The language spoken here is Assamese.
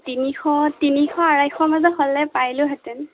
তিনিশ তিনিশ আঢ়ৈশ মাজত হ'লে পাৰিলোহেঁতেন